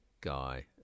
guy